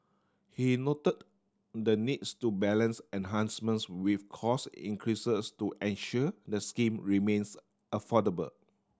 he noted the needs to balance enhancements with cost increases to ensure the scheme remains affordable